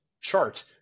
chart